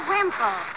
Wimple